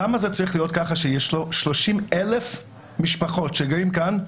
למה זה צריך להיות כך כשיש לנו 30 אלף משפחות שגרות כאן?